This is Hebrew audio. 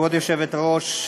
כבוד היושבת-ראש,